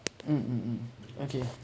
mm okay